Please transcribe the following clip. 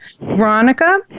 Veronica